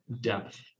depth